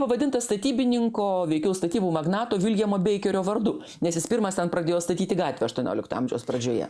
pavadinta statybininko veikiau statybų magnato viljamo beikerio vardu nes jis pirmas ten pradėjo statyti gatvę aštuoniolikto amžiaus pradžioje